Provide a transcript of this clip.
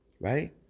right